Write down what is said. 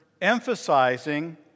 emphasizing